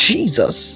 Jesus